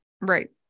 Right